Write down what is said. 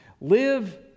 Live